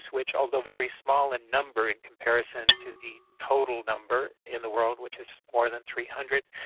which although very small in number in comparison to the total number in the world, which is more than three hundred,